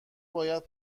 باید